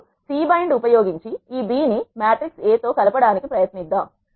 ఇప్పుడు cbind ఉపయోగించి ఈ B ని మ్యాట్రిక్స్ A తో కలప డానికి ప్రయత్నిద్దాం